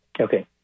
Okay